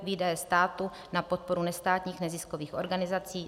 Výdaje státu na podporu nestátních neziskových organizací